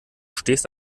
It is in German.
stehst